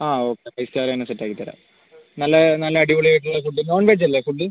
ആ okay five star തന്നെ set ആക്കിത്തരാം നല്ല നല്ല അടിപൊളി ആയിട്ടുള്ള ഫുഡ് നോൺ വെജ് അല്ലേ ഫുഡ്